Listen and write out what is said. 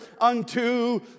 unto